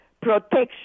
protection